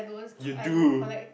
you do